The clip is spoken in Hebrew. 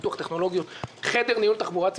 חלק גדול מהבעיה בגירעון בשנת 2019 הוא